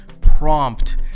prompt